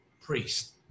priest